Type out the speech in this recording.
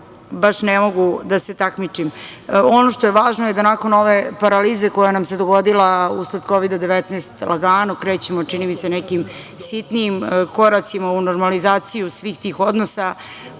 baš ne mogu da se takmičim. Ono što je važno je da nakon ove paralize koja nam se dogodila usled Kovida-19, lagano krećemo, čini mi se, nekim sitnijim koracima u normalizaciju svih tih odnosa,